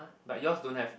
but yours don't have